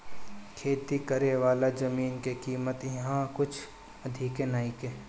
खेती करेवाला जमीन के कीमत इहा कुछ अधिका नइखे